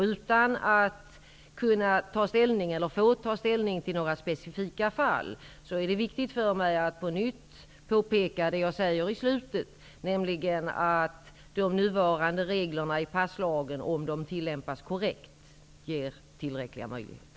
Utan att få ta ställning till några specifika fall är det viktigt för mig att på nytt få påpeka det jag sade i slutet, nämligen att de nuvarande reglerna i passlagen -- om de tillämpas korrekt -- ger tillräckliga möjligheter.